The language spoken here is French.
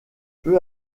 peu